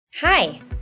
Hi